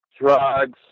drugs